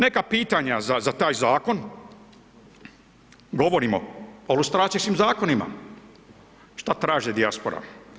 Neka pitanja za taj Zakon, govorimo o lustracijskim Zakonima, šta traži dijaspora.